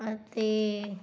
ਅਤੇ